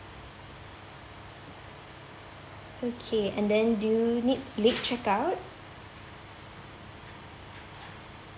okay and then do you need late check out